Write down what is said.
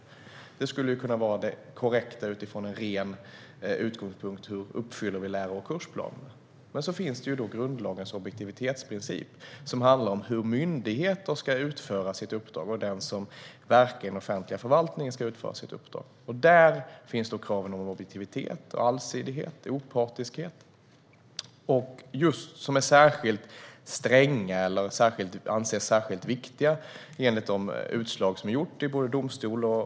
Detta skulle kunna vara det korrekta utifrån utgångspunkten att bara uppfylla läroplan och kursplaner. Men vi har ju även grundlagens objektivitetsprincip, vilken handlar om hur myndigheter och den som verkar inom offentlig förvaltning ska utföra sitt uppdrag. Där finns krav om objektivitet, allsidighet och opartiskhet. Enligt domstolsutslag och uttalanden från JO och JK anses dessa krav som särskilt stränga eller viktiga.